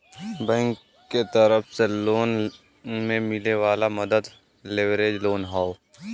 bank के तरफ से लोन में मिले वाला मदद लेवरेज लोन हौ